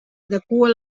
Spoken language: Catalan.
adequa